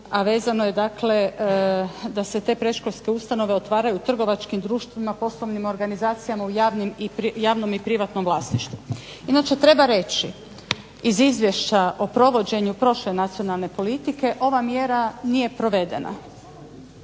a vezano je da se te predškolske ustanove otvaraju u trgovačkim društvima, poslovnim organizacijama, javnom i privatnom vlasništvu. Inače treba reći iz izvješća o provođenju prošle nacionalne politike ova mjera nije provedena,